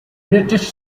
british